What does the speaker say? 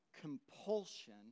compulsion